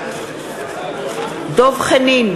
בעד דב חנין,